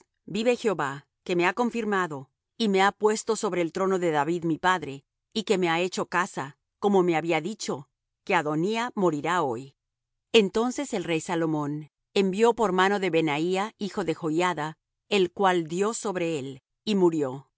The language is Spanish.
vive jehová que me ha confirmado y me ha puesto sobre el trono de david mi padre y que me ha hecho casa como me había dicho que adonía morirá hoy entonces el rey salomón envió por mano de benaía hijo de joiada el cual dió sobre él y murió